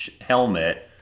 helmet